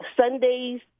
Sunday's